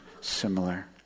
similar